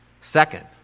Second